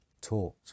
taught